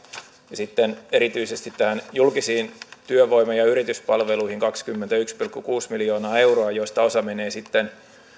ja sitten erityisesti julkisiin työvoima ja yrityspalveluihin kaksikymmentäyksi pilkku kuusi miljoonaa euroa josta osa menee sitten